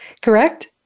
correct